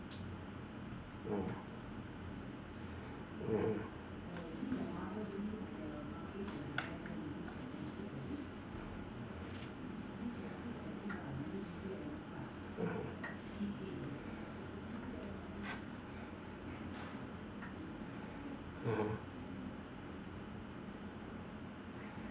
mm mm mm mmhmm